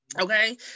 Okay